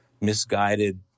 misguided